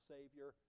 Savior